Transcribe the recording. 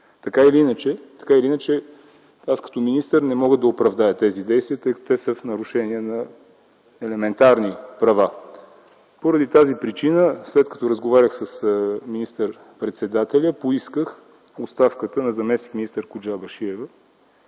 Така или иначе, като министър не мога да оправдая тези действия, тъй като са в нарушение на елементарни права. Поради тази причина след като разговарях с министър-председателя поисках оставката на заместник-министъра Коджабашиева